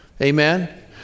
Amen